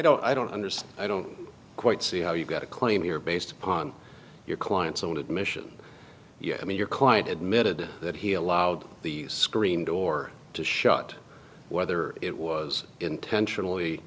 don't i don't understand i don't quite see how you got a claim here based upon your client's own admission yes i mean your client admitted that he allowed the screen door to shut whether it was intentionally